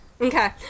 Okay